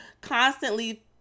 constantly